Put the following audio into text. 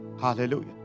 Hallelujah